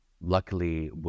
luckily